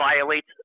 violates